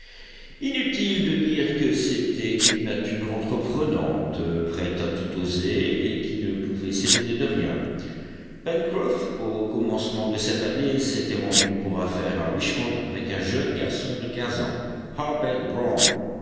inutile de dire que c'était une nature entreprenante prête à tout oser et qui ne pouvait s'étonner de rien pencroff au commencement de cette année s'était rendu pour affaires à richmond avec un jeune garçon de quinze ans harbert brown